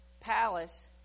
palace